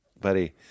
buddy